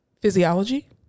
Physiology